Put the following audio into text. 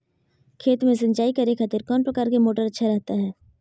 खेत में सिंचाई करे खातिर कौन प्रकार के मोटर अच्छा रहता हय?